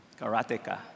Karateka